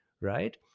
right